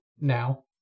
now